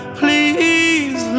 please